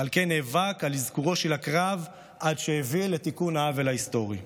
ועל כן נאבק על אזכורו של הקרב עד שהביא לתיקון העוול ההיסטורי.